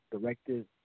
directed